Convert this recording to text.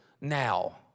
now